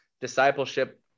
discipleship